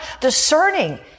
discerning